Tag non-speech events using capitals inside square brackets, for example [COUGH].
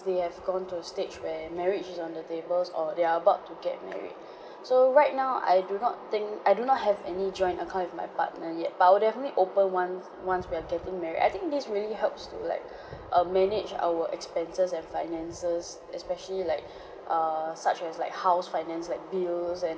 they have gone to a stage where marriage is on the tables or they are about to get married [BREATH] so right now I do not think I do not have any joint account with my partner yet but will definitely open one once we are getting married I think this really helps to like [BREATH] uh manage our expenses and finances especially like [BREATH] err such as like house finance like bills and